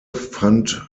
fand